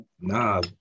Nah